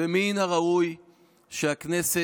מן הראוי שהכנסת